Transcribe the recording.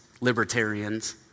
Libertarians